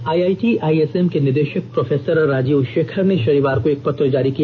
IIT ISM के निदेशक professor Rajeev Shekhar ने शनिवार को एक पत्र जारी किया